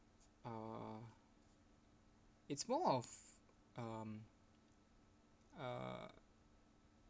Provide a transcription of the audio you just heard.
uh it's more of um uh